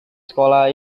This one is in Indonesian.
sekolah